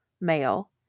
male